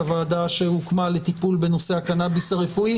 הוועדה שהוקמה לטיפול בנושא הקנאביס הרפואי,